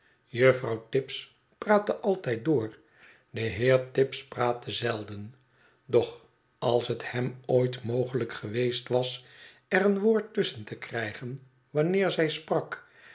juffrouw tibbs praatte altijd door de heer tibbs praatte zelden doch als het hem ooit mogelijk geweest was er een woord tusschen te krijgen wanneer zij sprak